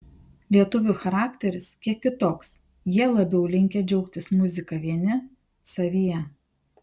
lietuvių charakteris kiek kitoks jie labiau linkę džiaugtis muzika vieni savyje